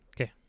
Okay